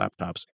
laptops